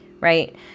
right